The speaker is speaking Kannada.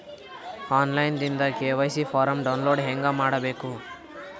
ಆನ್ ಲೈನ್ ದಿಂದ ಕೆ.ವೈ.ಸಿ ಫಾರಂ ಡೌನ್ಲೋಡ್ ಹೇಂಗ ಮಾಡಬೇಕು?